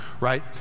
right